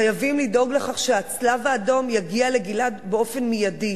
חייבים לדאוג לכך שהצלב-האדום יגיע לגלעד באופן מיידי.